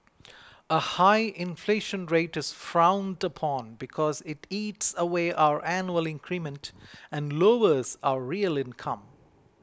a high inflation rate is frowned upon because it eats away our annually increment and lowers our real income